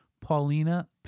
Paulina